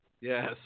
Yes